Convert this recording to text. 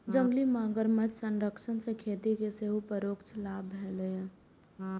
जंगली मगरमच्छ संरक्षण सं खेती कें सेहो परोक्ष लाभ भेलैए